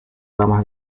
gama